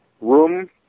room